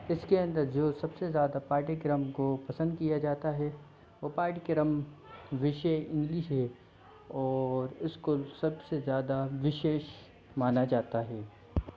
इसके अंदर जो सबसे ज़्यादा पाठ्यक्रम को पसंद किया जाता है वो पाठ्यक्रम विषय इंग्लिश है और इसको सबसे ज़्यादा विशेष माना जाता है